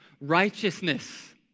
righteousness